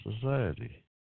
society